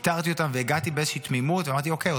איתרתי אותן והגעתי באיזושהי תמימות ואמרתי: אוקיי,